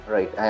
Right